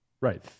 Right